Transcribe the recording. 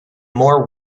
more